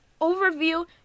overview